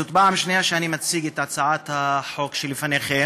זאת הפעם השנייה שאני מציג את הצעת החוק שלפניכם,